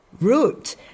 root